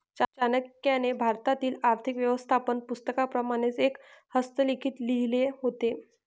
चाणक्याने भारतातील आर्थिक व्यवस्थापन पुस्तकाप्रमाणेच एक हस्तलिखित लिहिले होते